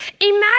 Imagine